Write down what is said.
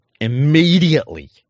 immediately